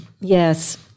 Yes